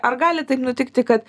ar gali taip nutikti kad